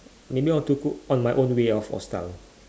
maybe I want to cook on my way of or style